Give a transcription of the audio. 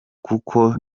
kuko